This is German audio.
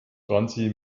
franzi